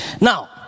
Now